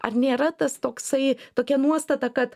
ar nėra tas toksai tokia nuostata kad